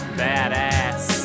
badass